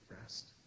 rest